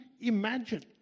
imagine